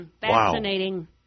fascinating